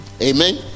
amen